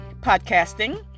podcasting